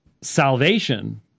salvation